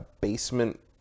basement